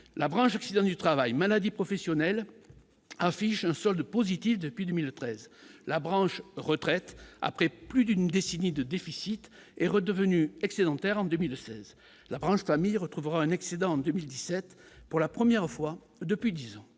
la branche accidents du travail, maladies professionnelles affiche un solde positif depuis 2013, la branche retraite après plus d'une destinée de déficit est redevenue excédentaire en 2016, la branche famille retrouvera un excédent en 2017 pour la la première fois depuis 10 ans,